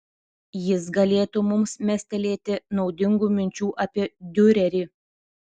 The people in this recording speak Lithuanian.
jis galėtų mums mestelėti naudingų minčių apie diurerį